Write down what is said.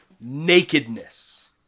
nakedness